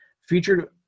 featured